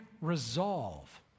resolve